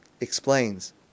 explains